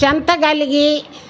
చెంతగలిగి